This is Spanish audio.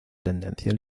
tendencia